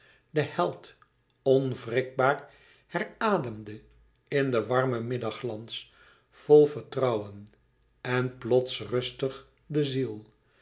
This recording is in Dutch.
de held onwrikbaar herademde in den warmen middagglans vol vertrouwen en plots rustig de ziel